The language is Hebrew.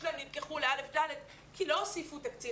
שלהם נלקחו לכיתות א'-ד' כי לא הוסיפו תקציב.